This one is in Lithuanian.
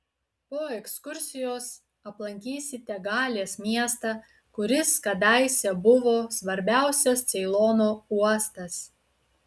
po ekskursijos aplankysite galės miestą kuris kadaise buvo svarbiausias ceilono uostas